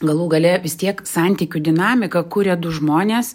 galų gale vis tiek santykių dinamiką kuria du žmonės